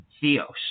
Theos